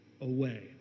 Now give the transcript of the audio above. away